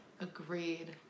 Agreed